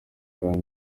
kandi